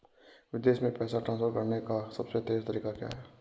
विदेश में पैसा ट्रांसफर करने का सबसे तेज़ तरीका क्या है?